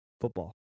Football